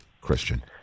Christian